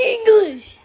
English